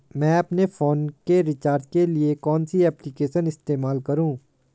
मैं अपने फोन के रिचार्ज के लिए कौन सी एप्लिकेशन इस्तेमाल करूँ?